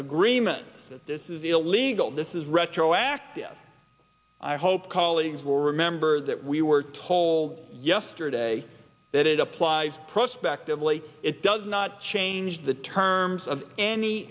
agreement that this is illegal this is retroactive i hope colleagues will remember that we were told yesterday that it applies prospectively it does not change the terms of any